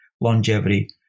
longevity